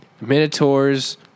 minotaurs